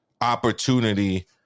opportunity